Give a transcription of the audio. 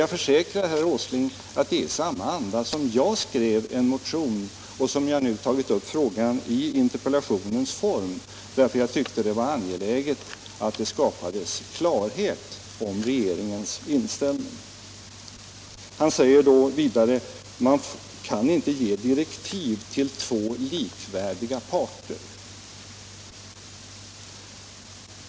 Jag försäkrar herr Åsling att det var i samma anda jag skrev min motion som jag nu har tagit upp frågan i interpeilationens form, eftersom jag tycker det är angeläget att det skapas klarhet om regeringens inställning. Herr Åsling säger vidare att man inte kan ge direktiv till två likvärdiga parter.